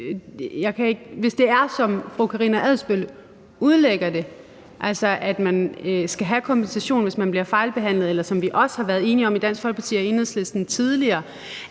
Hvis det er sådan, som fru Karina Adsbøl udlægger det, altså at man skal have kompensation, hvis man bliver fejlbehandlet, eller hvis det, som vi også tidligere var enige om i Dansk Folkeparti og Enhedslisten,